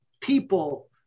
people